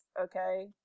Okay